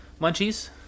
munchies